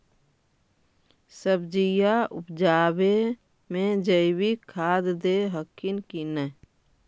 सब्जिया उपजाबे मे जैवीक खाद दे हखिन की नैय?